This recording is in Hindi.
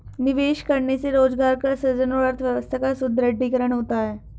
निवेश करने से रोजगार का सृजन और अर्थव्यवस्था का सुदृढ़ीकरण होता है